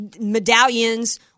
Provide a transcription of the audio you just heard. medallions